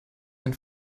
dein